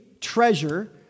treasure